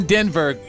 Denver